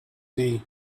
tea